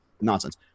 nonsense